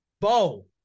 Bo